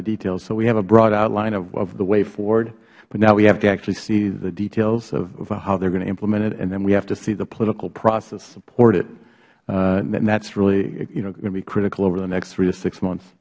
the details so we have a broad outline of the way forward but now we have to actually see the details of how they are going to implement it and then we have to see the political process support it and that is really you know going to be critical over the next three to six months